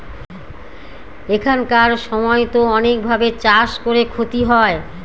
এখানকার সময়তো অনেক ভাবে চাষ করে ক্ষতি হয়